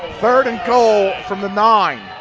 third and goal from the nine.